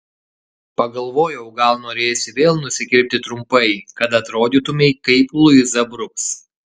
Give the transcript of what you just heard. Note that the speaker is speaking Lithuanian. pagalvojau gal norėsi vėl nusikirpti trumpai kad atrodytumei kaip luiza bruks